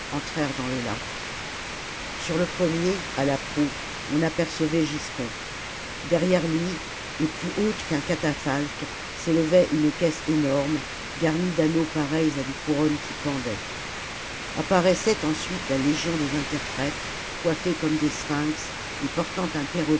entrèrent dans le lac sur le premier à la proue on apercevait giscon derrière lui et plus haute qu'un catafalque s'élevait une caisse énorme garnie d'anneaux pareils à des couronnes qui pendaient apparaissait ensuite la légion des interprètes coiffés comme des sphinx et portant un